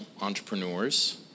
entrepreneurs